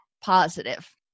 positive